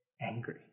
angry